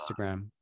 Instagram